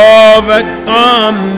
overcome